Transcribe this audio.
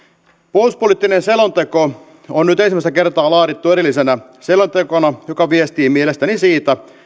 puolustuspoliittinen selonteko on nyt ensimmäistä kertaa laadittu erillisenä selontekona joka viestii mielestäni siitä